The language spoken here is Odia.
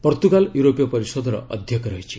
ପର୍ତ୍ତୃଗାଲ ୟୁରୋପୀୟ ପରିଷଦର ଅଧ୍ୟକ୍ଷ ରହିଛି